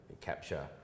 capture